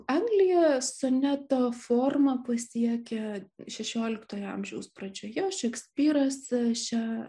anglijoje soneto forma pasiekia šešioliktojo amžiaus pradžioje šekspyras šią